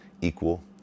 equal